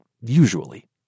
usually